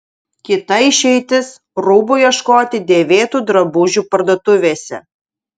kita išeitis rūbų ieškoti dėvėtų drabužių parduotuvėse